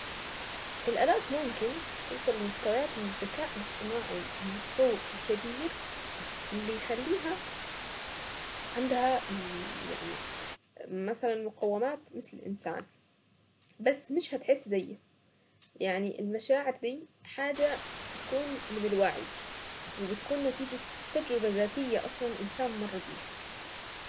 الالات ممكن توصل لمستويات من الذكاء الاصطناعي المتفوق الكبير اللي يخليها عندها يعني مثلا مقومات مثل الانسان بس مش هتحس زيي يعني المشاعر دي حاجة تكون من الوعي وبتكون نتيجة تجربة ذاتية اصلا الانسان مر بيها.